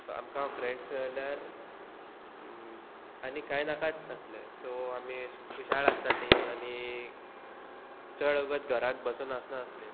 आमकां हांव फ्रेंड्स मेळल्यार आनी कांय नाकाय नासलें सो आमी खुशाळ आसतालीं आनी चड अगत घरांत बसून आसनासल्यो